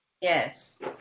yes